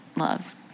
love